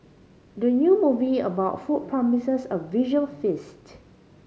the new movie about food promises a visual feast